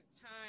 time